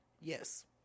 Yes